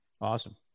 Awesome